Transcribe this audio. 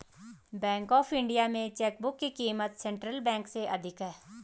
bank of India में chequebook की क़ीमत सेंट्रल बैंक से अधिक है